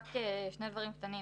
רק שני דברים קטנים.